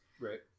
Right